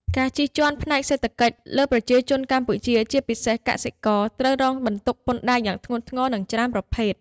ការជិះជាន់ផ្នែកសេដ្ឋកិច្ច លើប្រជាជនកម្ពុជា ជាពិសេស កសិករ ត្រូវរងបន្ទុកពន្ធដារយ៉ាងធ្ងន់ធ្ងរ និងច្រើនប្រភេទ។